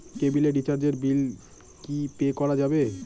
কেবিলের রিচার্জের বিল কি পে করা যাবে?